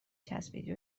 چسبیدی